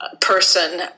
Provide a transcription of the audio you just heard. person